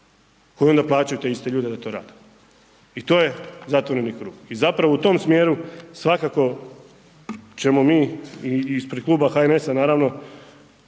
koji onda plaćaju te iste ljude da to rade. I to je zatvoreni krug. I zapravo u tom smjeru svakako ćemo mi i ispred Kluba HNS-a naravno